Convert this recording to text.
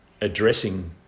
addressing